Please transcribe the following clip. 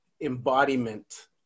embodiment